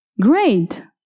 Great